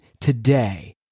today